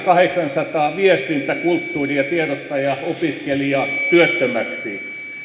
kahdeksansataa viestintä kulttuuri ja tiedottajaopiskelijaa työttömäksi